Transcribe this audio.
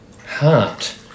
Heart